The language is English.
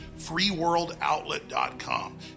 FreeWorldOutlet.com